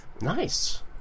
Nice